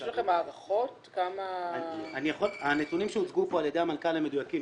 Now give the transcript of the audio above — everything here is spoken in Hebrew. יש לכם הערכות כמה --- הנתונים שהוצגו פה על ידי המנכ"ל הם מדויקים,